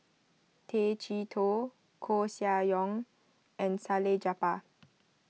Tay Chee Toh Koeh Sia Yong and Salleh Japar